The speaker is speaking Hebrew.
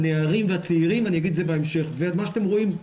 הנערים והצעירים ומה שאתם רואים,